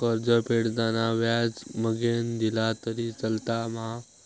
कर्ज फेडताना व्याज मगेन दिला तरी चलात मा?